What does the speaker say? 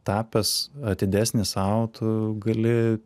tapęs atidesnis sau tu gali